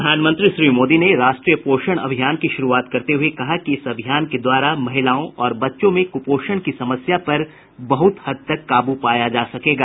प्रधानमंत्री श्री मोदी ने राष्ट्रीय पोषण अभियान की शुरूआत करते हुए कहा कि इस अभियान के द्वारा महिलाओं और बच्चों में कुपोषण की समस्या पर बहत हद तक काबू पाया जा सकेगा